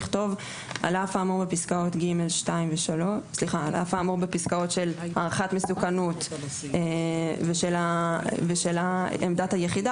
נכתוב: "על אף האמור בפסקאות של הערכת מסוכנות ושל עמדת היחידה,